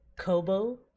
Kobo